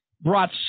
brought